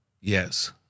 Yes